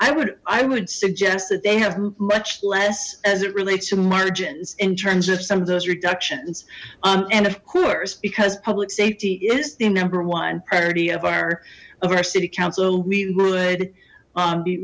i would i would suggest that they have much less as it relates to margins in terms of some of those reductions and of course because public safety is the number one priority of our of our city council we would be